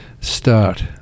Start